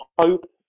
hope